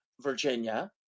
Virginia